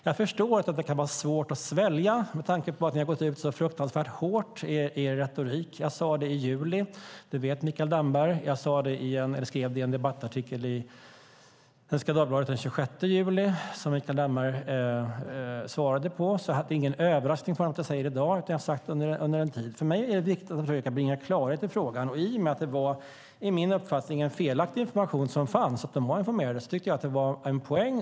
Jag förstår att det kan vara svårt att svälja med tanke på att man gått ut så hårt i sin retorik. Jag sade det i juli, det vet Mikael Damberg. Jag skrev det i en debattartikel i Svenska Dagbladet den 26 juli, vilket Mikael Damberg svarade på. Det jag säger i dag är alltså ingen överraskning, utan det har jag sagt under en tid. För mig är det viktigt att försöka bringa klarhet i frågan. I och med att det enligt min uppfattning fanns felaktig information - att de hade informerats - tyckte jag att det var en poäng.